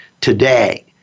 today